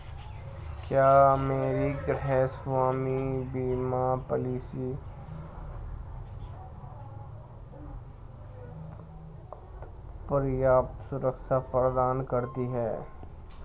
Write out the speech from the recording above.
क्या मेरी गृहस्वामी बीमा पॉलिसी पर्याप्त सुरक्षा प्रदान करती है?